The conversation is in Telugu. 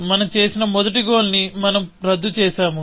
మనం చేసిన మొదటి గోల్ ని మనం రద్దు చేసాము